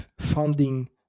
funding